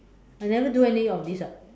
I never do any of this [what]